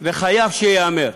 וחייב שייאמר,